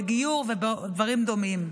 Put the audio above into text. בגיור ודברים דומים.